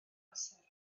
amser